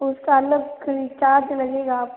उसका अलग चार्ज लगेगा आपका